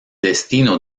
destino